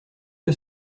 que